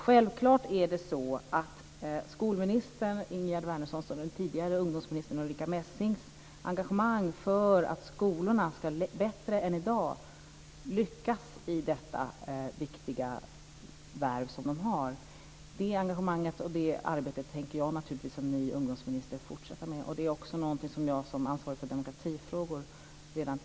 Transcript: Skolminister Ingegerd Wärnersson och den tidigare ungdomsministern Ulrica Messing har engagerat sig starkt för att skolorna bättre än i dag ska lyckas i det viktiga värv som de har, och det arbetet tänker jag naturligtvis som ny ungdomsminister fortsätta med. Det är också något som jag redan tidigt såg som ansvarig för demokratifrågor.